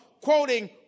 quoting